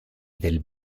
del